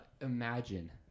imagine